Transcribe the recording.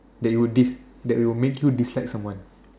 that you will dis~ that will make you dislike someone